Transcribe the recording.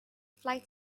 flight